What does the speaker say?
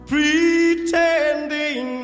Pretending